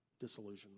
Disillusionment